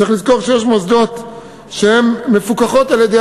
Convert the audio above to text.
צריך לזכור שיש מוסדות שמפוקחים על-ידי